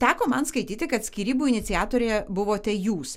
teko man skaityti kad skyrybų iniciatorė buvote jūs